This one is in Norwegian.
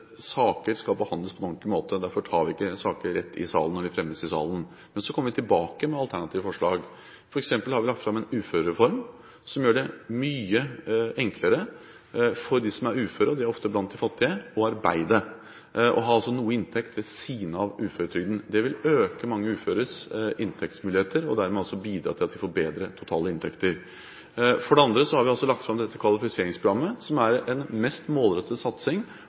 saker skal behandles på en ordentlig måte. Derfor tar vi ikke saker rett i salen, når de fremmes i salen, men kommer tilbake med alternative forslag. Vi har f.eks. lagt fram en uførereform som gjør det mye enklere for dem som er uføre – de er ofte blant de fattige – å arbeide og dermed ha litt inntekt ved siden av uføretrygden. Dette vil øke mange uføres inntektsmuligheter og dermed bidra til at de får bedre totale inntekter. For det andre har vi lagt fram dette kvalifiseringsprogrammet, som er den mest